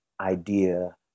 idea